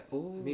oh